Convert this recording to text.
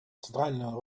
центральную